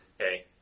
Okay